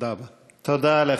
תודה רבה.